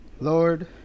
lord